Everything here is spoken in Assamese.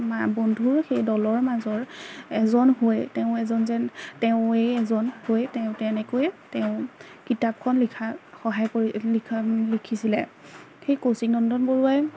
বন্ধুৰ সেই দলৰ মাজৰ এজন হৈ তেওঁ এজন যেন তেওঁৱেই এজন হৈ তেওঁ তেনেকৈ তেওঁ কিতাপখন লিখা সহায় কৰি লিখা লিখিছিলে সেই কৌশিক নন্দন বৰুৱাই